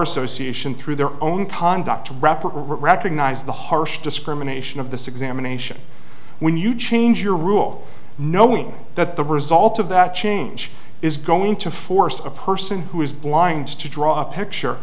association through their own conduct to rap or recognize the harsh discrimination of the six am a nation when you change your rule knowing that the result of that change is going to force a person who is blind to draw a picture